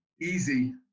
easy